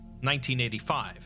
1985